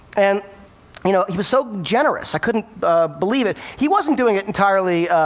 and you know, he was so generous i couldn't believe it. he wasn't doing it entirely